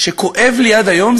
שכואב לי עד היום,